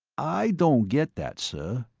i don't get that, sir.